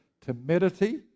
timidity